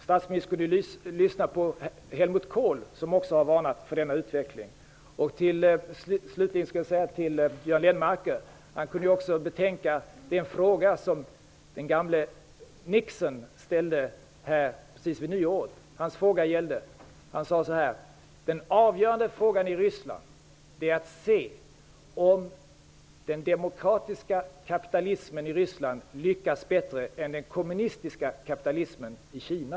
Statsministern borde lyssna på Helmut Kohl som också har varnat för denna utveckling. Slutligen vill jag till Göran Lennmarker säga att han borde betänka den fråga som den gamle Nixon tog upp precis vid nyår. Han sade: Den avgörande frågan i Ryssland är att se om den demokratiska kapitalismen i Ryssland lyckas bättre än den kommunistiska kapitalismen i Kina.